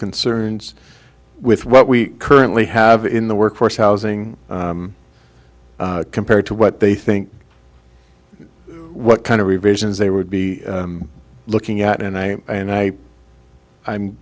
concerns with what we currently have in the workforce housing compared to what they think what kind of revisions they would be looking at and i and i i'm